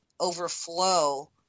overflow